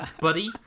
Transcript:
buddy